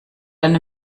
einer